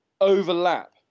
overlap